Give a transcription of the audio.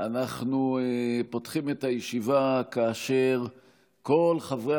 אנחנו פותחים את הישיבה כאשר כל חברי